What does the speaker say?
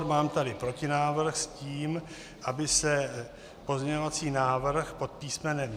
Mám tady protinávrh s tím, aby se pozměňovací návrh pod písm.